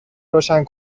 روشن